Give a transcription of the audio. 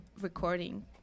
recording